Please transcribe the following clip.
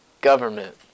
government